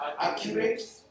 accurate